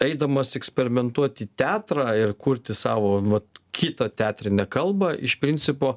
eidamas eksperimentuoti į teatrą ir kurti savo vat kitą teatrinę kalbą iš principo